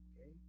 Okay